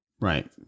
Right